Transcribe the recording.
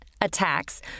attacks